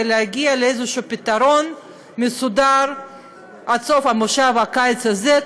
להגיע לאיזשהו פתרון מסודר עד סוף כנס הקיץ הזה,